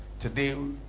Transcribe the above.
today